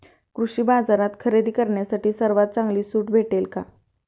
कृषी बाजारात खरेदी करण्यासाठी सर्वात चांगली सूट भेटेल का?